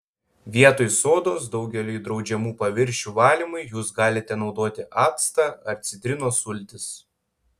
vietoj sodos daugeliui draudžiamų paviršių valymui jus galite naudoti actą ar citrinos sultis